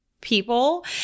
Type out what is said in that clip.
people